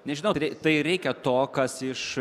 nežinau tai reikia to kas iš